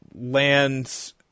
lands